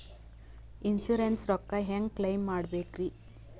Insurance ರೊಕ್ಕ ಹೆಂಗ claim ಮಾಡ್ಬೇಕ್ರಿ?